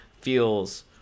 feels